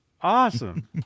Awesome